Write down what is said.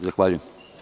Zahvaljujem.